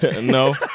No